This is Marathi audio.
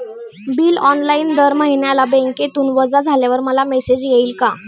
बिल ऑनलाइन दर महिन्याला बँकेतून वजा झाल्यावर मला मेसेज येईल का?